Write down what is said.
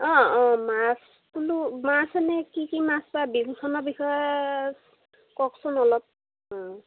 অঁ অঁ মাছ তুলো মাছ এনে কি কি মাছ বা বিলখনৰ বিষয়ে কওকচোন অলপ অঁ